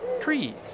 trees